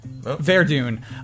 Verdun